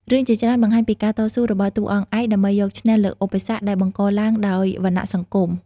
រឿងជាច្រើនបង្ហាញពីការតស៊ូរបស់តួអង្គឯកដើម្បីយកឈ្នះលើឧបសគ្គដែលបង្កឡើងដោយវណ្ណៈសង្គម។